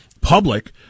public